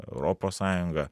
europos sąjunga